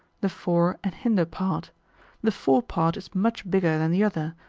the fore and hinder part the fore part is much bigger than the other,